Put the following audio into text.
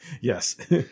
Yes